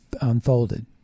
unfolded